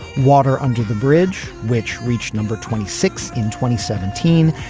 water under the bridge, which reached number twenty six in twenty seventeen,